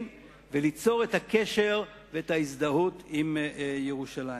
וליצור את הקשר ואת ההזדהות עם ירושלים.